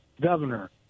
governor